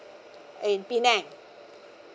in penang